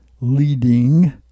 leading